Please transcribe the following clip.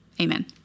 amen